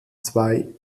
zwei